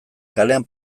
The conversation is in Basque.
kalean